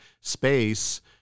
space